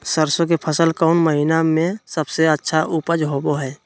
सरसों के फसल कौन महीना में सबसे अच्छा उपज होबो हय?